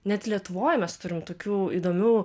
net lietuvoj mes turim tokių įdomių